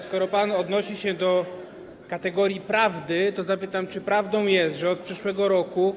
Skoro pan odnosi się do kategorii prawdy, to zapytam, czy prawdą jest, że od przyszłego roku.